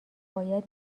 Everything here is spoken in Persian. باید